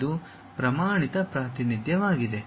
ಇದು ಪ್ರಮಾಣಿತ ಪ್ರಾತಿನಿಧ್ಯವಾಗಿದೆ